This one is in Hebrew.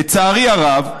לצערי הרב,